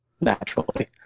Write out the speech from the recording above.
naturally